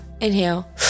Inhale